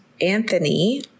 Anthony